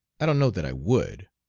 i don't know that i would.